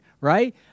right